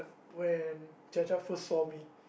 when Jia-Jia first saw me